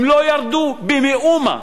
הם לא ירדו במאומה.